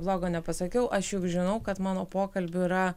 blogo nepasakiau aš juk žinau kad mano pokalbių yra